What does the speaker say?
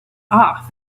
off